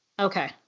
Okay